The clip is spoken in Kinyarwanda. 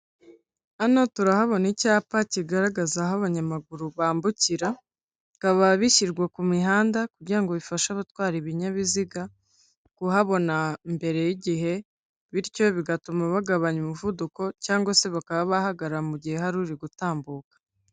Hano turahabona icyapa kigaragaza aho abanyamaguru bambukira, bikaba bishyirwa ku mihanda kugira ngo bifashe abatwara ibinyabiziga kuhabona mbere y'igihe, bityo bigatuma bagabanya umuvuduko cyangwa se bakaba bahagarara mu gihe hari uri gutambuka.